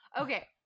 okay